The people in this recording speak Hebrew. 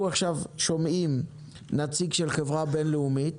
עכשיו נשמע נציג של חברה בין-לאומית,